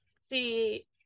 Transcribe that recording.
see